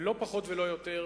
ולא פחות ולא יותר,